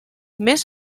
més